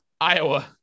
Iowa